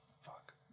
fuck